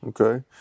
Okay